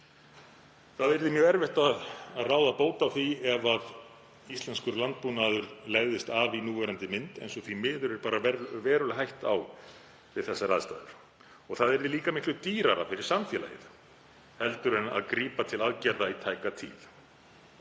Það yrði mjög erfitt að ráða bót á því ef íslenskur landbúnaður legðist af í núverandi mynd eins og því miður er veruleg hætta á við þessar aðstæður. Það yrði líka miklu dýrara fyrir samfélagið heldur en að grípa til aðgerða í tæka tíð.